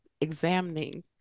examining